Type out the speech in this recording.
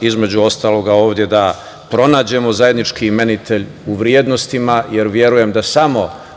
između ostalog, ovde, da pronađemo zajednički imenitelj u vrednostima, jer verujem da samo